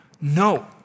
no